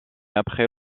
après